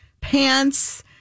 pants